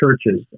churches